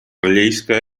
rellisca